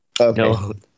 Okay